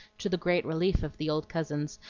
to the great relief of the old cousins,